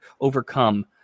overcome